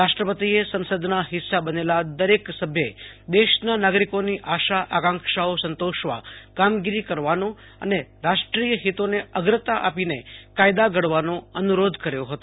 રાષ્ટ્રનપતિએ સંસદના હિસ્સા બનેલા દરેક સભ્યે દેશના નાગરિકોની આશા આકાંક્ષાઓ સંતોષવા કામગીરી કરવાનો અને રાષ્ટ્રીચિય હિતોને અગ્રતા આપીને કાયદા ધડવાનો અનુરોધ કર્યો હતો